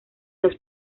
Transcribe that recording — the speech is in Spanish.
los